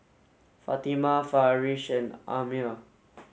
Fatimah Farish and Ammir